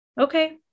Okay